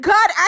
God